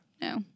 No